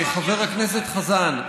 חבר הכנסת חזן,